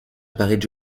apparaît